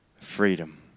freedom